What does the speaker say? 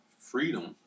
freedom